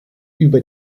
über